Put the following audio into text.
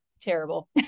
terrible